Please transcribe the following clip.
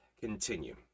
continue